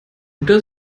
guter